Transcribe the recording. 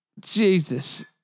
Jesus